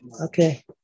Okay